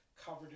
covered